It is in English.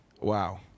Wow